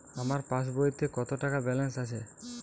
আমার পাসবইতে কত টাকা ব্যালান্স আছে?